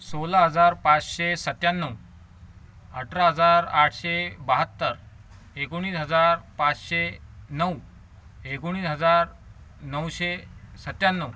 सोळा हजार पाचशे सत्त्याण्णव अठरा हजार आठशे बहात्तर एकोणीस हजार पाचशे नऊ एकोणीस हजार नऊशे सत्त्याण्णव